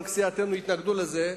וגם סיעתנו התנגדה לזה,